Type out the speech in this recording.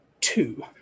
two